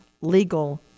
legal